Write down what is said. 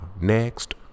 next